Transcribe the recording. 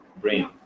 brain